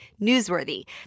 NEWSWORTHY